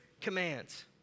commands